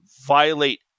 violate